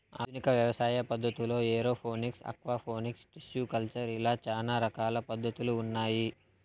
ఆధునిక వ్యవసాయ పద్ధతుల్లో ఏరోఫోనిక్స్, ఆక్వాపోనిక్స్, టిష్యు కల్చర్ ఇలా చానా రకాల పద్ధతులు ఉన్నాయి